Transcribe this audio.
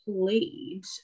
played